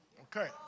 Okay